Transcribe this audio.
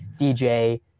DJ